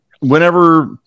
whenever